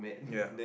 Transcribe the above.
ya